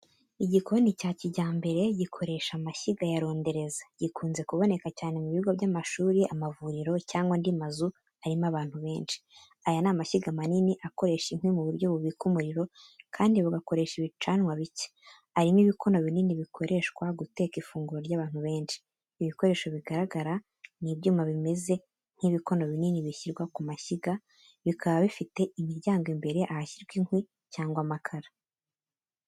Igikoni cya kijyambere gikoresha amashyiga ya rondereza, gikunze kuboneka cyane mu bigo by’amashuri, amavuriro cyangwa andi mazu arimo abantu benshi. Aya ni amashyiga manini akoresha inkwi mu buryo bubika umuriro kandi bugakoresha ibicanwa bike, arimo ibikono binini bikoreshwa guteka ifunguro ry’abantu benshi. Ibikoresho bigaragara ni ibyuma bimeze nk’ibikono binini bishyirwa ku mashyiga, bikaba bifite imiryango imbere ahashyirwa inkwi cyangwa amakara.